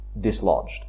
dislodged